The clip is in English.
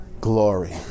Glory